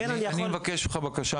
אני רוצה לבקש ממך בקשה.